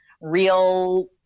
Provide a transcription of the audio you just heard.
real